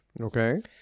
Okay